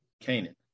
Canaan